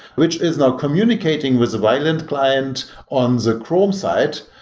which is now communicating with the valiant client on the chrome side,